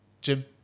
Jim